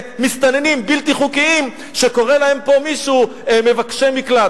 מסתננים בלתי חוקיים שקורא להם פה מישהו "מבקשי מקלט".